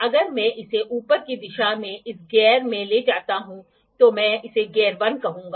अगर मैं इसे ऊपर की दिशा में इस गियर में ले जाता हूं तो मैं इसे गियर 1 कहूंगा